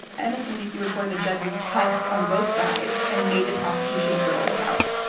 ah msnbc reported the judge was tough on both sides, and made the prosecution throw this out.